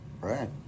Right